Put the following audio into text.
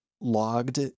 logged